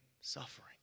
suffering